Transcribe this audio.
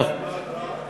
יבואו עם מד רעש?